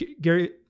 Gary